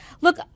Look